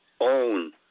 own